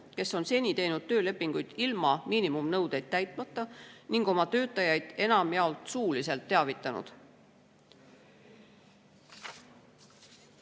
kes on seni teinud töölepinguid ilma miinimumnõudeid täitmata ning oma töötajaid enamjaolt suuliselt teavitanud.